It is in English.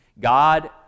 God